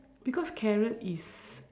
because carrot is